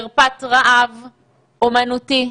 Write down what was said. אומנותי,